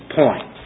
point